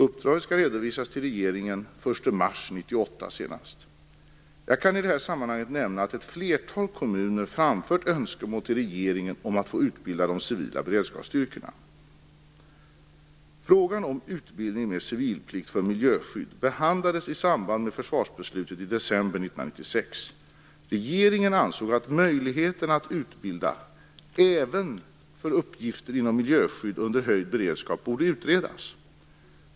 Uppdraget skall redovisas till regeringen senast den 1 mars 1998. Jag kan i detta sammanhang nämna att ett flertal kommuner framfört önskemål till regeringen om att få utbilda de civila beredskapsstyrkorna. Frågan om utbildning med civilplikt för miljöskydd behandlades i samband med försvarsbeslutet i december 1996. Regeringen ansåg att möjligheten att utbilda även för uppgifter inom miljöskydd under höjd beredskap borde utredas.